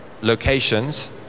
locations